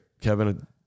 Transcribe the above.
Kevin –